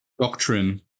doctrine